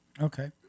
Okay